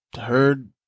heard